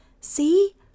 See